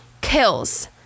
kills